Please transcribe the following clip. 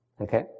Okay